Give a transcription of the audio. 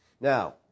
Now